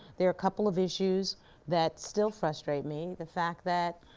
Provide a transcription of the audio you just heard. there are a couple of issues that still frustrate me. the fact that